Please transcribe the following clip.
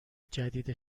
جدید